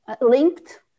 linked